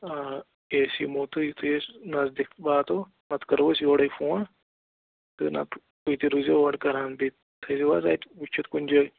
آ أسۍ یِمو تہٕ یِتھُے أسۍ نزدیٖک واتو پَتہٕ کرو أسۍ یورَے فون تہٕ نہ تہٕ تُہۍ تہِ روٗزۍزیو اورٕ کران بیٚیہِ تھٲیزیو حظ اَتہِ وٕچھِتھ کُنہِ جاے